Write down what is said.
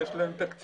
למסעדה יש מפרט